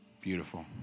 Beautiful